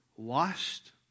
washed